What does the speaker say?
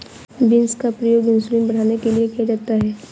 beans का प्रयोग insulin बढ़ाने के लिए किया जाता है